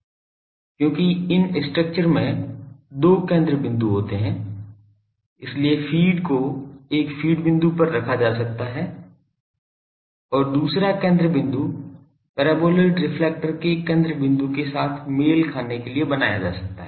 क्योंकि इन स्ट्रक्चर में दो केंद्र बिंदु होते हैं इसलिए फ़ीड को एक फ़ीड बिंदु पर रखा जा सकता है दूसरा केंद्र बिंदु परबोलॉइडल रिफ्लेक्टर के केंद्र बिंदु के साथ मेल खाने के लिए बनाया जा सकता है